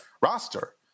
roster